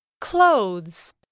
clothes